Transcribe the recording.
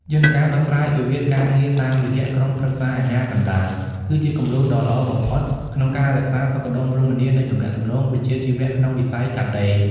យន្តការដោះស្រាយវិវាទការងារតាមរយៈ "ក្រុមប្រឹក្សាអាជ្ញាកណ្ដាល" គឺជាគំរូដ៏ល្អបំផុតក្នុងការរក្សាសុខដុមរមនានៃទំនាក់ទំនងវិជ្ជាជីវៈក្នុងវិស័យកាត់ដេរ។